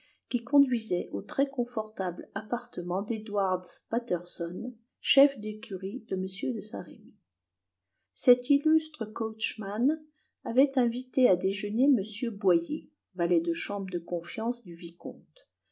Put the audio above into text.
qui conduisait au très confortable appartement d'edwards patterson chef d'écurie de m de saint-remy cet illustre coachman avait invité à déjeuner m boyer valet de chambre de confiance du vicomte